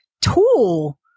tool